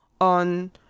on